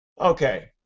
Okay